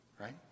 Right